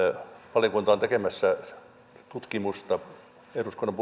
valiokunta on tekemässä tutkimusta eduskunnan